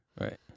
right